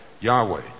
Yahweh